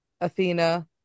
athena